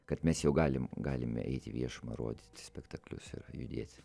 kad mes jau galim galime eiti į viešumą rodyti spektaklius ir judėti